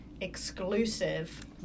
exclusive